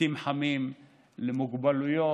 בתים חמים לבעלי מוגבלויות,